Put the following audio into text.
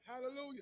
hallelujah